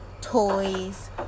Toys